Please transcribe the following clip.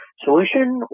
solution